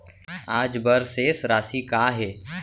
आज बर शेष राशि का हे?